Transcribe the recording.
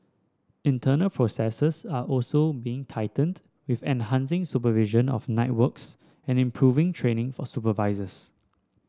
internal processes are also being tightened with enhancing supervision of night works and improving training for supervisors